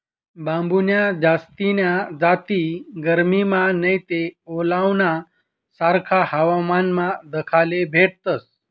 बांबून्या जास्तीन्या जाती गरमीमा नैते ओलावाना सारखा हवामानमा दखाले भेटतस